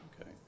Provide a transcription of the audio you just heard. Okay